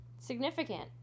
significant